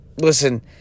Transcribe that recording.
listen